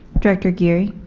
director geary